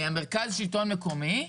מרכז השלטון המקומי,